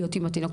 להיות עם התינוק,